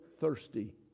thirsty